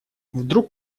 вдруг